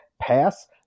pass